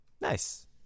Nice